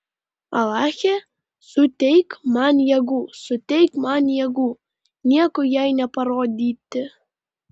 alache suteik man jėgų suteik man jėgų nieko jai neparodyti